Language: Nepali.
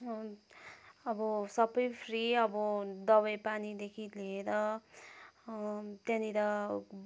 अब सबै फ्री अब दबाई पानीदेखि लिएर त्यहाँनिर